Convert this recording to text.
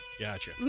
Gotcha